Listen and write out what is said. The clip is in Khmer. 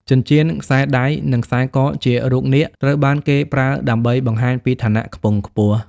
ចិញ្ចៀន ខ្សែដៃ និងខ្សែ ក ជារូបនាគត្រូវបានគេប្រើដើម្បីបង្ហាញពីឋានៈខ្ពង់ខ្ពស់។